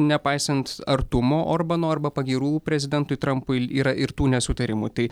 nepaisant artumo orbano arba pagyrų prezidentui trampui yra ir tų nesutarimų tai